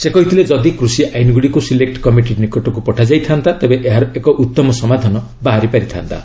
ସେ କହିଥିଲେ ଯଦି କୃଷି ଆଇନଗୁଡ଼ିକୁ ସିଲେକ୍ଟ କମିଟି ନିକଟକୁ ପଠାଯାଇଥାନ୍ତା ତେବେ ଏହାର ଏକ ଉତ୍ତମ ସମାଧାନ ବାହାରି ପାରିଥାନ୍ତା